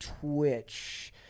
Twitch –